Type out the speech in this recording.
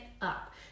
up